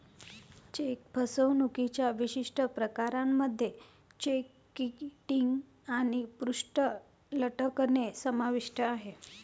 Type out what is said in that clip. check फसवणुकीच्या विशिष्ट प्रकारांमध्ये चेक किटिंग आणि पृष्ठ लटकणे समाविष्ट आहे